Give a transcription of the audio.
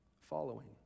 following